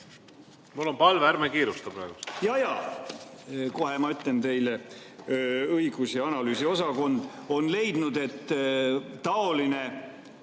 Mul on palve, ärme kiirusta praegu!